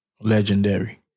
legendary